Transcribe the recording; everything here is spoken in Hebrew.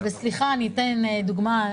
אני אתן דוגמה.